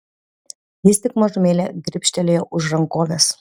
jis tik mažumėlę gribštelėjo už rankovės